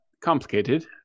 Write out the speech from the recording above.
Complicated